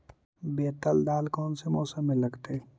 बैतल दाल कौन से मौसम में लगतैई?